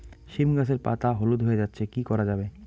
সীম গাছের পাতা হলুদ হয়ে যাচ্ছে কি করা যাবে?